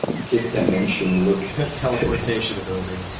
fifth dimension look. teleportation ability.